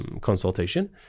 consultation